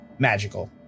Magical